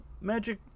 magic